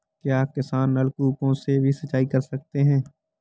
क्या किसान नल कूपों से भी सिंचाई कर सकते हैं?